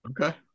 Okay